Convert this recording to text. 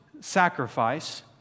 sacrifice